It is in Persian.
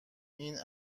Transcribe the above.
این